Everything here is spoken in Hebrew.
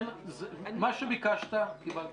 מה שביקשת קיבלת.